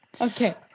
Okay